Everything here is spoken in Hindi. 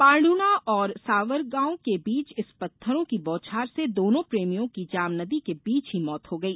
पांईना और सावरगां के बीच इस पत्थरों की बौछार से दोनों प्रेमियों की जाम नदी के बीच ही मौत हो गई